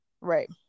right